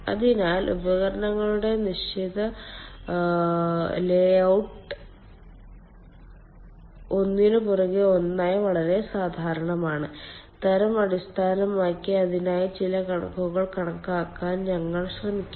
അതിനാൽ ഉപകരണങ്ങളുടെ തിരശ്ചീന ലേഔട്ട് ഒന്നിനുപുറകെ ഒന്നായി വളരെ സാധാരണമാണ് തരം അടിസ്ഥാനമാക്കി അതിനായി ചില കണക്കുകൾ കാണിക്കാൻ ഞങ്ങൾ ശ്രമിക്കും